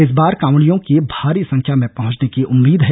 इस बार कांवड़ियों के भारी संख्या में पहुंचने की उम्मीद है